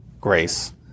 grace